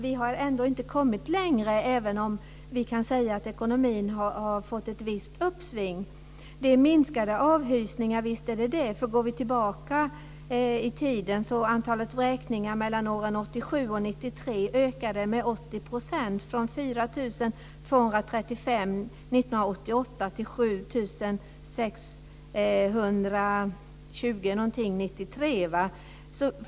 Vi har inte kommit längre, även om vi kan säga att ekonomin har fått ett visst uppsving. Visst har antalet avhysningar minskat. Går vi tillbaka i tiden ökade antalet vräkningar mellan 1987 och 1993 med 80 %, från 4 235 vräkningar 1988 till ungefär 7 620 vräkningar 1993.